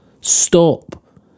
Stop